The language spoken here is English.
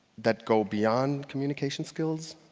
that go beyond communication skills?